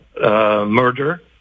murder